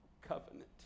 covenant